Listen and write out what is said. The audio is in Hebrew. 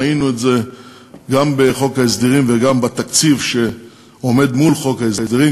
ראינו את זה גם בחוק ההסדרים וגם בתקציב שעומד מול חוק ההסדרים,